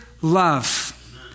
love